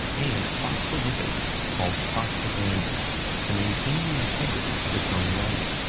and phospholipids called prostaglandins to maintain the integrity of its own lining.